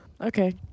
Okay